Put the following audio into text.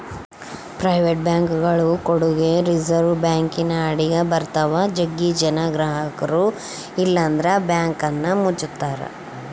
private ಬ್ಯಾಂಕ್ಗಳು ಕೂಡಗೆ reserve ಬ್ಯಾಂಕಿನ ಅಡಿಗ ಬರುತ್ತವ, ಜಗ್ಗಿ ಜನ ಗ್ರಹಕರು ಇಲ್ಲಂದ್ರ ಬ್ಯಾಂಕನ್ನ ಮುಚ್ಚುತ್ತಾರ